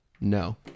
no